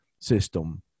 system